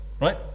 right